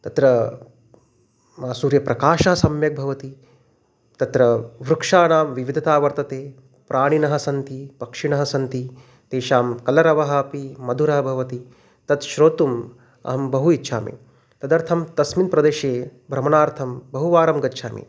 तत्र सूर्यप्रकाशः सम्यक् भवति तत्र वृक्षाणां विविधता वर्तते प्राणिनः सन्ति पक्षिणः सन्ति तेषां कलरवः अपि मधुरः भवति तत् श्रोतुम् अहं बहु इच्छामि तदर्थं तस्मिन् प्रदेशे भ्रमणार्थं बहुवारं गच्छामि